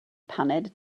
paned